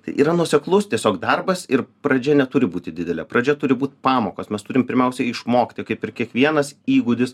tai yra nuoseklus tiesiog darbas ir pradžia neturi būti didelė pradžia turi būt pamokos mes turim pirmiausiai išmokti kaip ir kiekvienas įgūdis